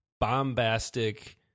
bombastic